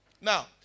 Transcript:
Now